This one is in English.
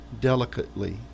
delicately